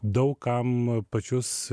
daug kam pačius